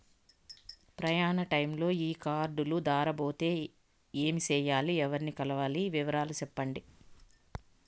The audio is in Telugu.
ప్రయాణ టైములో ఈ కార్డులు దారబోతే ఏమి సెయ్యాలి? ఎవర్ని కలవాలి? వివరాలు సెప్పండి?